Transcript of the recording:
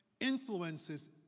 influences